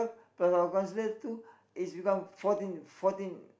plus our counsellor too is become fourteen fourteen